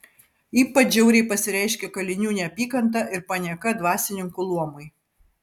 ypač žiauriai pasireiškė kalinių neapykanta ir panieka dvasininkų luomui